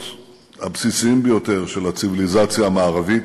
הבסיסיים ביותר של הציוויליזציה המערבית,